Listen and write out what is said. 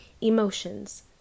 emotions